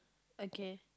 okay